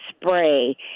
spray